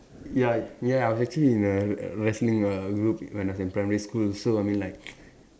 ya ya I was actually in a a wrestling group err when I was in primary school so I mean like